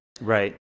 Right